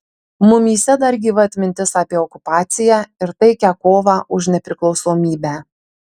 mumyse dar gyva atmintis apie okupaciją ir taikią kovą už nepriklausomybę